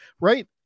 right